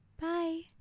bye